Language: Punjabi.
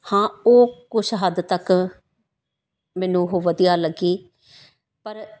ਹਾਂ ਉਹ ਕੁਛ ਹੱਦ ਤੱਕ ਮੈਨੂੰ ਉਹ ਵਧੀਆ ਲੱਗੀ ਪਰ